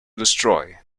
destroy